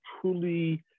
truly